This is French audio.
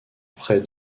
près